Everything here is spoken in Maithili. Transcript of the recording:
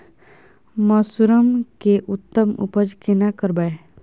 मसरूम के उत्तम उपज केना करबै?